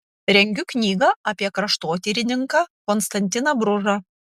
rengiu knygą apie kraštotyrininką konstantiną bružą